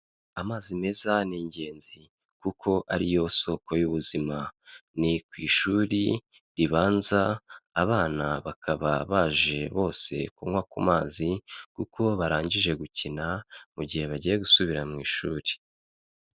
Amazi meza ni ingenzi kuko ari yo soko y'ubuzima. Ni ku ishuri ribanza, abana bakaba baje bose kunywa ku mazi kuko barangije gukina, mu gihe bagiye gusubira mu ishuri.